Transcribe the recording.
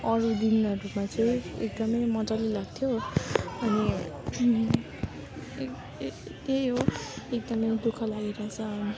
अरू दिनहरूमा चाहिँ एकदमै मजाले लाग्थ्यो अनि ए ए यही हो एकदमै दुःख लागिरहेको छ